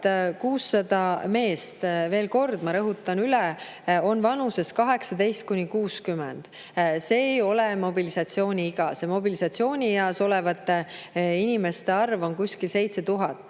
600 meest, ma rõhutan üle, on vanuses 18–60. See ei ole mobilisatsiooniiga. Mobilisatsioonieas olevate inimeste arv on kuskil 7000,